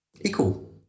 equal